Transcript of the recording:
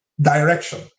direction